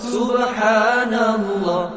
Subhanallah